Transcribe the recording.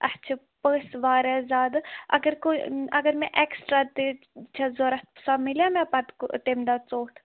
اَسہِ چھِ پٔژھۍ واریاہ زیادٕ اَگر کوٚر اگر مےٚ ایٚکٕسٹرا تہِ چھَس ضروٗرت سۄ مِلیٛاہ مےٚ پَتہٕ تَمہِ دۄہ ژوٚٹ